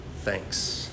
Thanks